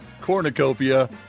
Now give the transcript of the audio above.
Cornucopia